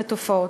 לתופעות.